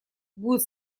будет